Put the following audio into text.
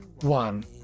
one